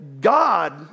God